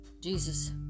Jesus